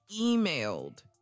emailed